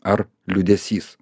ar liūdesys